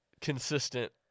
consistent